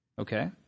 okay